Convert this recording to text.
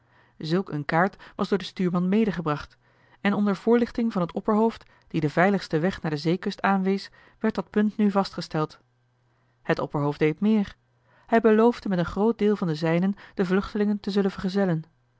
zulk een kaart was door den stuurman medegebracht en onder voorlichting van het opperhoofd die den veiligsten weg naar de zeekust aanwees werd dat punt nu vastgesteld het opperhoofd deed meer hij beloofde met een groot deel van de zijnen de vluchtelingen te zullen vergezellen